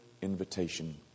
Invitation